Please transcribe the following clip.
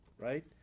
right